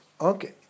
Okay